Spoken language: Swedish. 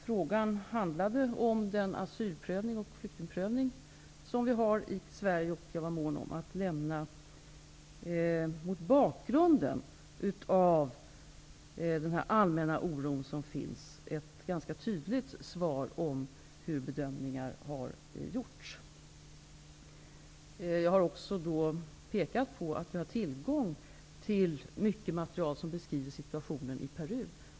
Frågan handlade om den asylprövning och flyktingprövning som vi har i Sverige. Jag var mån om att lämna ett ganska tydligt svar om hur bedömningar har gjorts mot bakgrund av den allmänna oro som finns. Jag har också pekat på att vi har tillgång till mycket material som beskriver situationen i Peru.